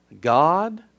God